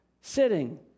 sitting